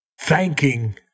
thanking